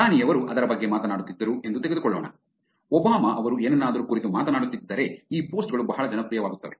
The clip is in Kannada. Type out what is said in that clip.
ಪ್ರಧಾನಿಯವರು ಅದರ ಬಗ್ಗೆ ಮಾತನಾಡುತ್ತಿದ್ದರು ಎಂದು ತೆಗೆದುಕೊಳ್ಳೋಣ ಒಬಾಮಾ ಅವರು ಏನನ್ನಾದರೂ ಕುರಿತು ಮಾತನಾಡುತ್ತಿದ್ದರೆ ಈ ಪೋಸ್ಟ್ ಗಳು ಬಹಳ ಜನಪ್ರಿಯವಾಗುತ್ತವೆ